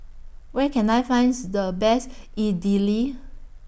Where Can I finds The Best Idili